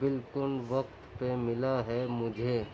بالکل وقت پہ ملا ہے مجھے